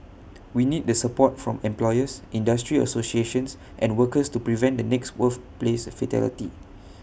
we need the support from employers industry associations and workers to prevent the next workplace fatality